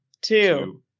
two